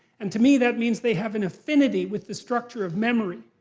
and to me that means they have an affinity with the structure of memory.